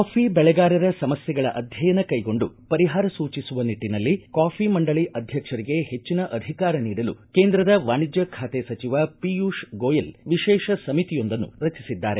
coffee ಬೆಳೆಗಾರರ ಸಮಸ್ಥೆಗಳ ಅಧ್ಯಯನ ಕೈಗೊಂಡು ಪರಿಹಾರ ಸೂಚಿಸುವ ನಿಟ್ಟನಲ್ಲಿ ಕಾಫಿ ಮಂಡಳಿ ಅಧ್ಯಕ್ಷರಿಗೆ ಹೆಚ್ಚಿನ ಅಧಿಕಾರ ನೀಡಲು ಕೇಂದ್ರದ ವಾಣಿಜ್ಯ ಖಾತೆ ಸಚಿವ ಪಿಯೂಷ್ ಗೋಯಲ್ ವಿಶೇಷ ಸಮಿತಿಯೊಂದನ್ನು ರಚಿಸಿದ್ದಾರೆ